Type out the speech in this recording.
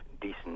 decent